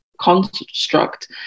construct